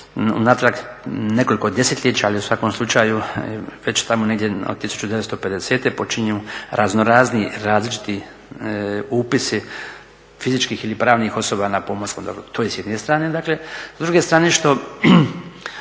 unatrag nekoliko desetljeća ali u svakom slučaju već tamo negdje od 1950. počinju raznorazni različiti upisi fizičkih ili pravnih osoba na pomorskom dobru. To je s jedne strane, dakle. S druge strane što